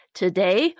today